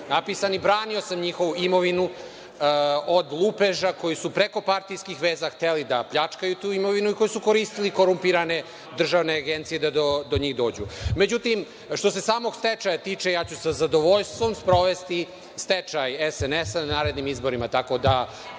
napisani. Branio sam njihovu imovinu od lupeža koji su preko partijskih veza hteli da pljačkaju tu imovinu i koji su koristili korumpirane države agencije da do njih dođu.Međutim, što se samog stečaja tiče, ja ću sa zadovoljstvom sprovesti stečaj SNS na narednim izborima. Tako da